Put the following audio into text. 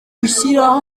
ugushyiraho